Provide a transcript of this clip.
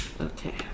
okay